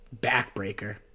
backbreaker